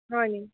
হয় নি